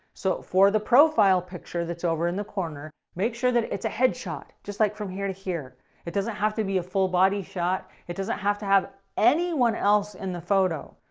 so for the profile picture that's over in the corner, make sure that it's a headshot just like from here to here it doesn't have to be a full body shot, and it doesn't have to have anyone else in the photo,